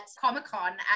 Comic-Con